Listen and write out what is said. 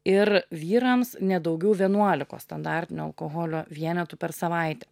ir vyrams ne daugiau vienuolikos standartinių alkoholio vienetų per savaitę